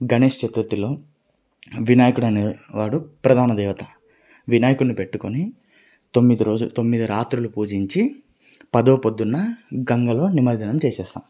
గణేష్ చతుర్థిలో వినాయకుడు అనేవాడు ప్రధాన దేవత వినాయకున్ని పెట్టుకొని తొమ్మిది రోజులు తొమ్మిది రాత్రులు పూజించి పదవ పొద్దున గంగలో నిమజ్జనం చేసేస్తాము